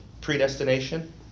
predestination